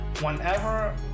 whenever